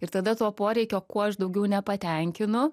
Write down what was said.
ir tada to poreikio kuo aš daugiau nepatenkinu